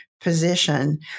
position